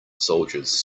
soldiers